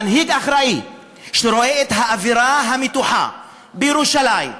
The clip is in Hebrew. מנהיג אחראי שרואה את האווירה המתוחה בירושלים,